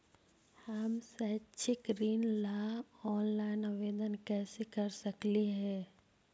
हम शैक्षिक ऋण ला ऑनलाइन आवेदन कैसे कर सकली हे?